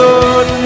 Lord